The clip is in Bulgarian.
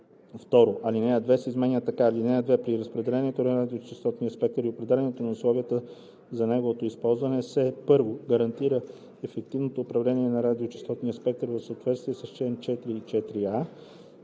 2. Алинея 2 се изменя така: „(2) При разпределението на радиочестотния спектър и определянето на условията за неговото използване се: 1. гарантира ефективното управление на радиочестотния спектър в съответствие с чл. 4 и 4а;